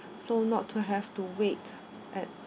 so not to have to wait at the